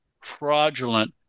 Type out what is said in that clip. fraudulent